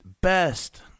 best